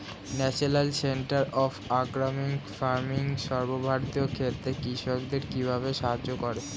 National centre of organic farming সর্বভারতীয় ক্ষেত্রে কৃষকদের কিভাবে সাহায্য করে?